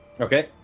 Okay